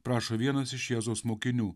prašo vienas iš jėzaus mokinių